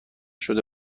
شده